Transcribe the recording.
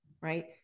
right